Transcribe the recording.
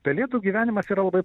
pelėdų gyvenimas yra labai